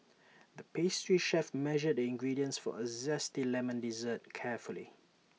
the pastry chef measured the ingredients for A Zesty Lemon Dessert carefully